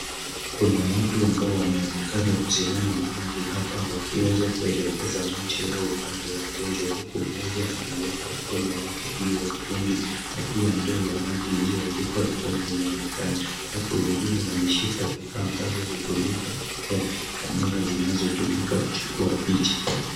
Kuna watu ambao wanaonekana kusimama mahali hapa wakiweza kuelekeza macho yao upande wa mbele huku mmoja ameweka mkono wake juu ya mtungi na pia ndoo ya maji iliyoandkiwa Crown inaonekana. Watu wengine wameshika vifaa ambavyo hutumika kuwekea kamera zinazotumika kuchukua picha.